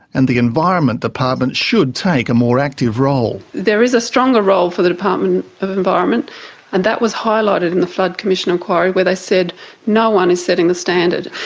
and the environment department should take a more active role. there is a stronger role for the department of environment and that was highlighted in the floods commission inquiry where they said no one is setting the standard.